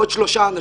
עוד שלושה פועלים